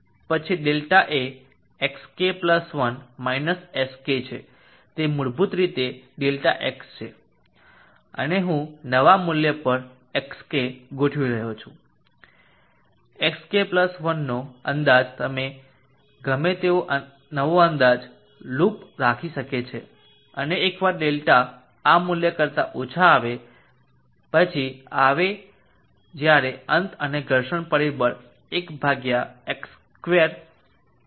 પછી ડેલ્ટા એ xk 1 xk છે તે મૂળભૂત રીતે Δx છે અને હું નવા મૂલ્ય પર xk ગોઠવી રહ્યો છું xk 1 નો અંદાજ ગમે તેવો નવો અંદાજ લૂપ ચાલુ રાખી શકે અને એકવાર ડેલ્ટા આ મૂલ્ય કરતા ઓછા આવે પછી આવે જ્યારે અંત અને ઘર્ષણ પરિબળ 1 xk2 છે